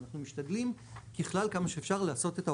אז אנחנו משתדלים ככלל כמה שאפשר לעשות את ה